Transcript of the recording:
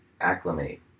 acclimate